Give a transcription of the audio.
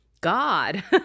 God